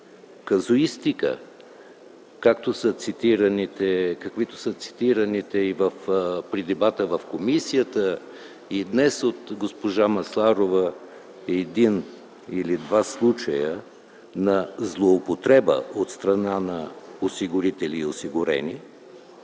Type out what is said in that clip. казуистика, както са цитираните и при дебата в комисията, и днес от госпожа Масларова, един или два случая на злоупотреба от страна на осигурители и осигурени,